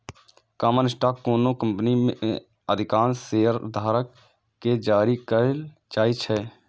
common stock कोनो company मे अधिकांश शेयरधारक कें जारी कैल जाइ छै